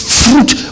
fruit